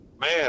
Man